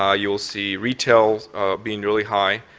ah you will see retail being really high.